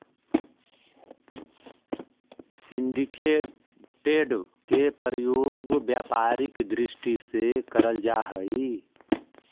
syndicated के प्रयोग व्यापारिक दृष्टि से करल जा हई